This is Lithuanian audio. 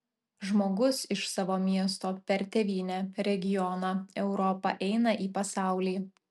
žmogus iš savo miesto per tėvynę regioną europą eina į pasaulį